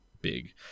big